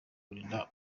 kurinda